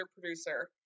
producer